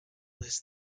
his